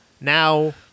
now